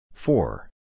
Four